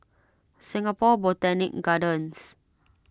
Singapore Botanic Gardens